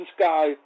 Sky